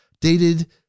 dated